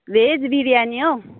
veg biryani हौ